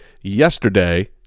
yesterday